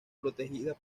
protegida